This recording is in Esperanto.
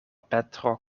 petro